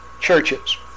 churches